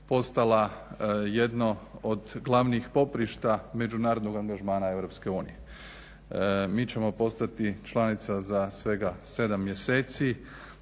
postala jedno od glavnih poprišta međunarodnog angažmana EU. Mi ćemo postati članica za svega 7 mjeseci.